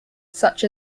such